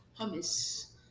hummus